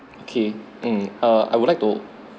okay mm um I would like to